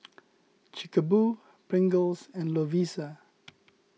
Chic Boo Pringles and Lovisa